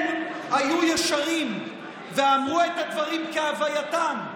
הם היו ישרים ואמרו את הדברים כהווייתם.